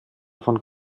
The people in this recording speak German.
von